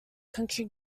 country